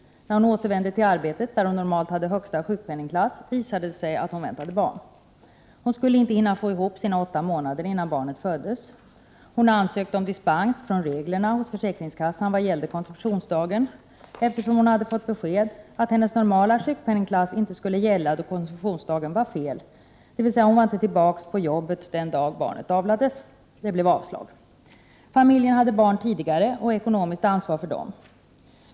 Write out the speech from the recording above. När hon återvände till arbetet, där hon normalt hade högsta sjukpenningklass, visade det sig att hon väntade barn. Hon skulle inte hinna få ihop sina åtta månader innan barnet föddes. Hon ansökte om dispens från reglerna om konceptionsdagen hos försäkringskassan. Hon hade nämligen fått besked att hennes normala sjukpenningklass inte skulle gälla då konceptionsdagen var fel, dvs. hon var inte tillbaka på arbetet den dag barnet avlades. Det blev avslag. Familjen hade barn tidigare och därmed ett ekonomiskt ansvar för dem.